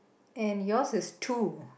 and yours is two